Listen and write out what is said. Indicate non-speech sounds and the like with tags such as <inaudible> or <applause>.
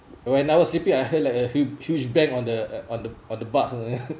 when I was sleeping I heard like a huge huge bang on the on the on the bus uh <laughs> ya